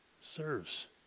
serves